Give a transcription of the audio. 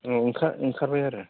औ ओंखारबाय आरो